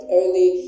early